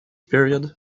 period